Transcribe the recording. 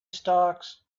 stocks